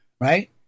right